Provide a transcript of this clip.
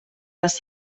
les